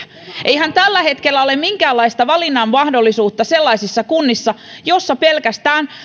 eihän tällä hetkellä ole minkäänlaista valinnan mahdollisuutta sellaisissa kunnissa joissa